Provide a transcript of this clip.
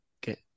Get